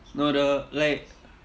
no the like